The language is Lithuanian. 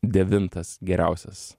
devintas geriausias